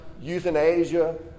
euthanasia